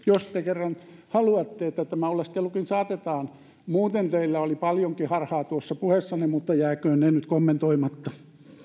jos te kerran haluatte että tämä oleskelukin saatetaan voimaan muutenkin teillä oli paljonkin harhaa tuossa puheessanne mutta jääköön ne nyt kommentoimatta